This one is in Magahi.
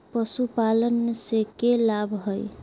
पशुपालन से के लाभ हय?